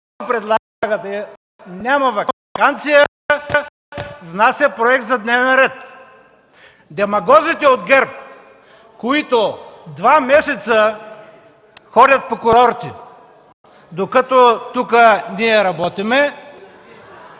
предлага да няма ваканция, внася проект за дневен ред! Демагозите от ГЕРБ, които два месеца ходят по курорти, докато тук ние работим,